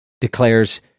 Declares